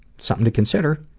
something to consider.